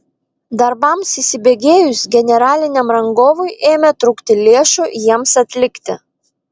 darbams įsibėgėjus generaliniam rangovui ėmė trūkti lėšų jiems atlikti